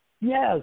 yes